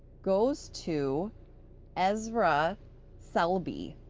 goes to ezra selby.